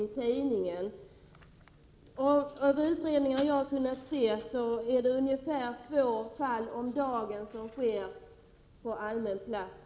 Enligt vad jag har kunnat se i de utredningar som finns sker det ungefär två knivhuggningar om dagen på allmän plats.